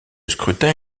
scrutin